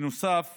נוסף